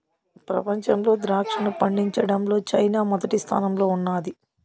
ప్రపంచంలో ద్రాక్షను పండించడంలో చైనా మొదటి స్థానంలో ఉన్నాది